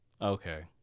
okay